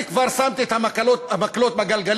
אני כבר שמתי את המקלות בגלגלים,